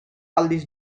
aldiz